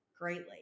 greatly